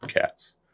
cats